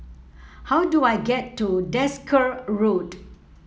how do I get to Desker Road